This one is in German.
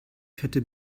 fette